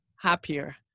happier